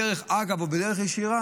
בדרך אגב או בדרך ישירה,